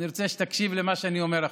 אני רוצה שתקשיב למה שאני אומר עכשיו.